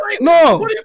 No